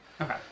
Okay